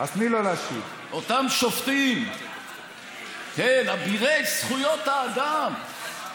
חברת הכנסת סויד, אני קורא אותך בקריאה ראשונה.